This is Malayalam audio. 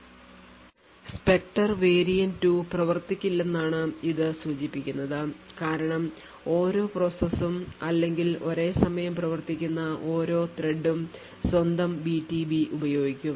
Spectre variant2 പ്രവർത്തിക്കില്ലെന്നാണ് ഇത് സൂചിപ്പിക്കുന്നത് കാരണം ഓരോ പ്രോസസ്സും അല്ലെങ്കിൽ ഒരേസമയം പ്രവർത്തിക്കുന്ന ഓരോ ത്രെഡും സ്വന്തം BTB ഉപയോഗിക്കും